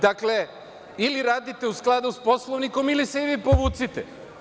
Dakle, ili radite u skladu sa Poslovnikom, ili se i vi povucite.